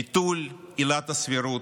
ביטול עילת הסבירות,